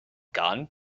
gun